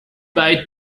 bei